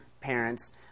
parents